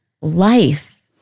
life